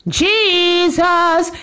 jesus